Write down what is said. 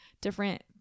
different